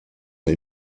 les